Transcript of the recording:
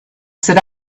sit